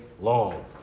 long